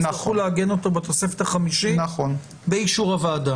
יצטרכו לעגן אותו בתוספת החמישית באישור הוועדה.